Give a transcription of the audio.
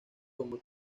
como